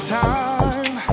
time